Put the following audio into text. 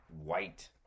white